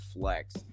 flex